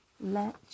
let